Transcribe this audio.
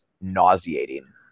nauseating